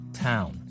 town